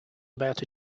about